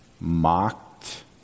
mocked